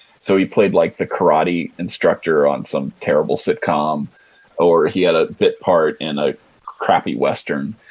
so he played like the karate instructor on some terrible sitcom or he had a bit part in a crappy western.